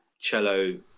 cello